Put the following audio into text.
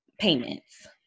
payments